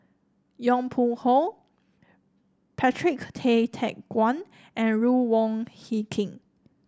Yong Pung How Patrick Tay Teck Guan and Ruth Wong Hie King